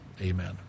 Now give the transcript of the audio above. amen